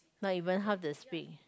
not even half the speed